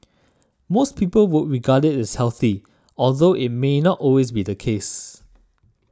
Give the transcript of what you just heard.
most people would regard its healthy although it may not always be the case